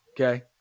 okay